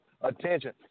attention